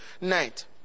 night